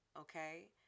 okay